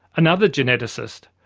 another geneticist,